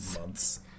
months